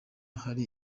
hari